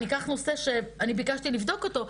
ניקח נושא שאני ביקשתי לבדוק אותו,